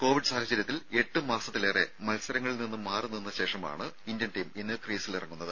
Covid സാഹചര്യത്തിൽ എട്ട് മാസത്തിലേറെ മത്സരങ്ങളിൽ നിന്ന് മാറിനിന്ന ശേഷമാണ് ഇന്ത്യൻ ടീം ഇന്ന് ക്രീസിൽ ഇറങ്ങുന്നത്